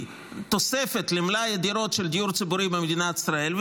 תוספת למלאי דירות של דיור ציבורי במדינת ישראל,